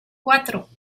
cuatro